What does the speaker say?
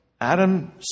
Adam